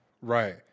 Right